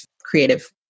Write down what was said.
creative